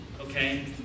okay